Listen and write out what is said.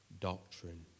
doctrine